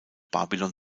babylon